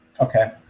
Okay